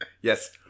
yes